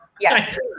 Yes